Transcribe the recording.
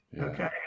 Okay